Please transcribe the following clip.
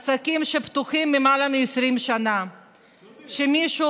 עסקים שפתוחים למעלה מ-20 שנה ומישהו